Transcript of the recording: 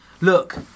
Look